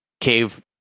cave